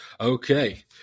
Okay